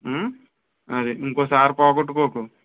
అది ఇంకోసారి పోగొట్టుకోకు